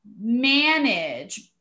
manage